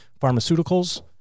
pharmaceuticals